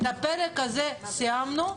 את הפרק הזה סיימנו.